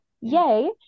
Yay